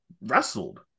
wrestled